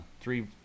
three